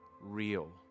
real